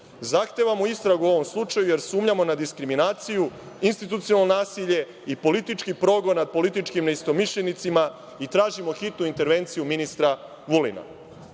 Zahtevamo istragu o ovom slučaju jer sumnjamo na diskriminaciju, institucionalno nasilje i politički progon nad političkim neistomišljenicima i tražimo hitnu intervenciju ministra Vulina.